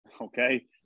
okay